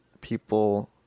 people